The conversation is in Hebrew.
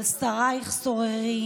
על שרייך סוררים,